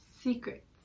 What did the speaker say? secrets